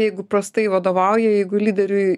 jeigu prastai vadovauja jeigu lyderiui